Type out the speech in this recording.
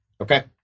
Okay